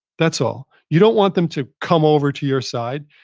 that's all. you don't want them to come over to your side.